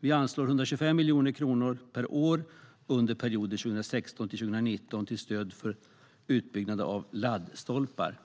Vi anslår 125 miljoner kronor per år under perioden 2016-2019 till stöd för utbyggnad av laddstolpar.